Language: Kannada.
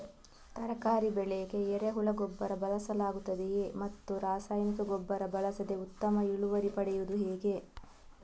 ತರಕಾರಿ ಬೆಳೆಗೆ ಎರೆಹುಳ ಗೊಬ್ಬರ ಬಳಸಲಾಗುತ್ತದೆಯೇ ಮತ್ತು ರಾಸಾಯನಿಕ ಗೊಬ್ಬರ ಬಳಸದೆ ಉತ್ತಮ ಇಳುವರಿ ಪಡೆಯುವುದು ಹೇಗೆ?